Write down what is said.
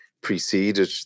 preceded